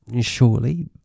Surely